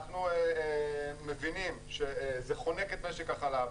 אנחנו מבינים שזה חונק את משק החלב.